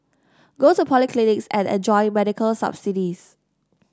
go to polyclinics and enjoy medical subsidies